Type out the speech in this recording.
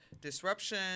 disruption